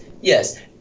yes